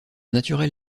naturel